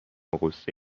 غصه